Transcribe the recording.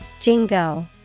Jingo